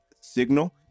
Signal